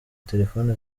terefone